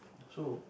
so